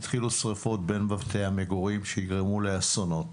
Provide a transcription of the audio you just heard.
יתחילו שריפות בין בתי המגורים שיגרמו לאסונות.